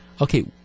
okay